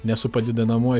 ne su padidinamuoju